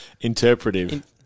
Interpretive